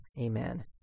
Amen